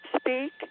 speak